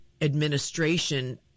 administration